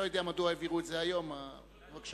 אנחנו